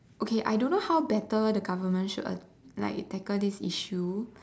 okay I don't know how better the government should a~ like tackle this issue